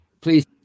please